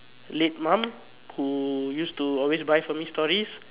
late mum who used to always buy for me stories